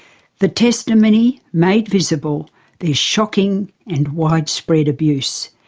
the testimony made visible their shocking and widespread abuse.